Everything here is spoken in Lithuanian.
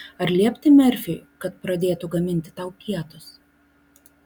ar liepti merfiui kad pradėtų gaminti tau pietus